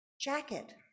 jacket